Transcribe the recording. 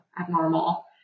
abnormal